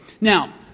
Now